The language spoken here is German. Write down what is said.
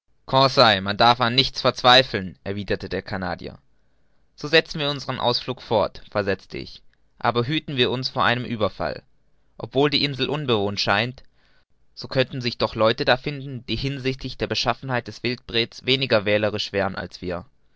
man darf an nichts verzweifeln erwiderte der canadier so setzen wir unsern ausflug fort versetzte ich aber hüten wir uns vor einem ueberfall obwohl die insel unbewohnt scheint so könnten sich doch leute da finden die hinsichtlich der beschaffenheit des wildprets weniger wählerisch wären als wir